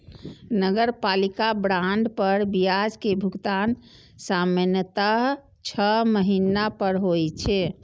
नगरपालिका बांड पर ब्याज के भुगतान सामान्यतः छह महीना पर होइ छै